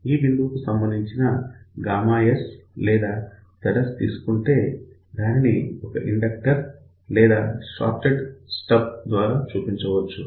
ఈ బిందువు కు సంబంధించి గామా S s లేదా ZS తీసుకుంటే దానిని ఒక ఇండక్టర్ లేదా షార్టడ్ స్టబ్ ద్వారా చూపించవచ్చు